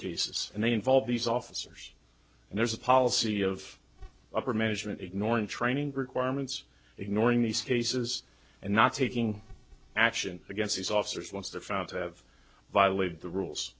cases and they involve these officers and there's a policy of upper management ignoring training requirements ignoring these cases and not taking action against these officers once they're found to have violated the rules